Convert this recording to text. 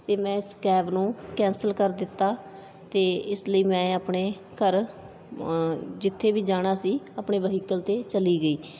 ਅਤੇ ਮੈਂ ਇਸ ਕੈਬ ਨੂੰ ਕੈਂਸਲ ਕਰ ਦਿੱਤਾ ਅਤੇ ਇਸ ਲਈ ਮੈਂ ਆਪਣੇ ਘਰ ਜਿੱਥੇ ਵੀ ਜਾਣਾ ਸੀ ਆਪਣੇ ਵਹੀਕਲ 'ਤੇ ਚਲੀ ਗਈ